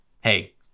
hey